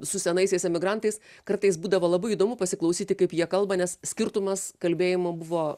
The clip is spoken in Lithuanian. su senaisiais emigrantais kartais būdavo labai įdomu pasiklausyti kaip jie kalba nes skirtumas kalbėjimo buvo